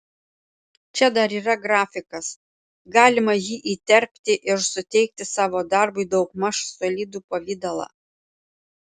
čia dar yra grafikas galima jį įterpti ir suteikti savo darbui daugmaž solidų pavidalą